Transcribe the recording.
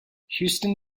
houston